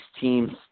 teams